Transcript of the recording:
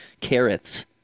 carrots